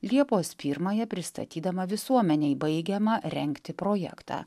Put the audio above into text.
liepos pirmąją pristatydama visuomenei baigiamą rengti projektą